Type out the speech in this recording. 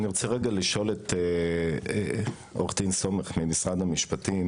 אני רוצה לשאול את עו"ד סומך ממשרד המשפטים